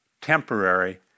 temporary